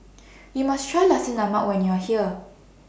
YOU must Try Nasi Lemak when YOU Are here